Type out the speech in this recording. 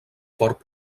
fort